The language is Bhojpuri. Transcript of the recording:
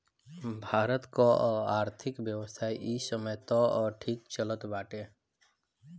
भारत कअ आर्थिक व्यवस्था इ समय तअ ठीक चलत बाटे